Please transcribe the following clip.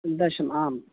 दशम आम्